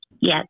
Yes